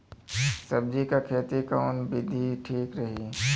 सब्जी क खेती कऊन विधि ठीक रही?